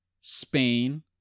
Spain